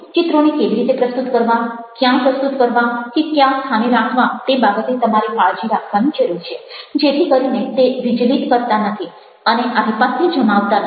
ચિત્રોને કેવી રીતે પ્રસ્તુત કરવા ક્યાં પ્રસ્તુત કરવા કે કયા સ્થાને રાખવા તે બાબતે તમારે કાળજી રાખવાની જરૂર છે જેથી કરીને તે વિચલિત કરતા નથી અને આધિપત્ય જમાવતા નથી